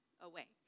away